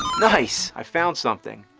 nice i found something!